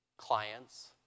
clients